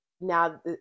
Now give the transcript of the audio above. now